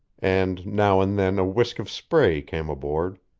and now and then a whisk of spray came aboard.